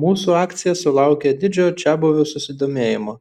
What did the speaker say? mūsų akcija sulaukė didžio čiabuvių susidomėjimo